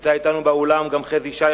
נמצא אתנו באולם גם חזי שי,